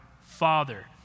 father